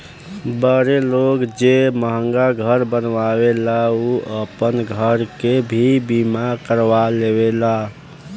बड़ लोग जे महंगा घर बनावेला उ आपन घर के भी बीमा करवा लेवेला